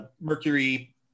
Mercury